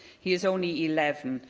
he is only eleven,